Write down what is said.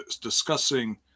discussing